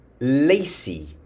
lacy